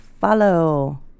follow